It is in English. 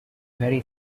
very